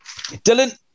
Dylan